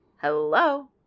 Hello